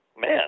man